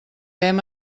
hem